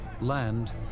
land